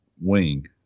wing